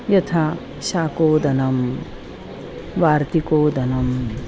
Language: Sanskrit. यथा शाकोदनं वार्तिकोदनम्